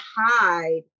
hide